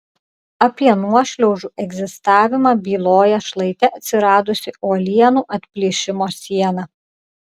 apie nuošliaužų egzistavimą byloja šlaite atsiradusi uolienų atplyšimo siena